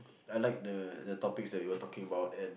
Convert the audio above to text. I like the the topics that we were talking about and